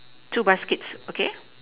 two baskets okay